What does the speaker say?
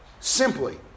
Simply